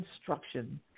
instruction